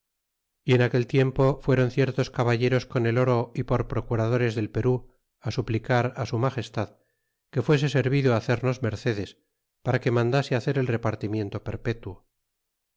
y en aquel tiempo fueron ciertos caballeros con el oro y por procuradores del perú suplicar su magestad que fuese servido hacernos mercedes para que mandase hacer el repartimiento perpetuo